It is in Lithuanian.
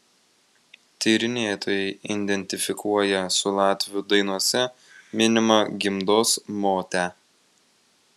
tyrinėtojai identifikuoja su latvių dainose minima gimdos mote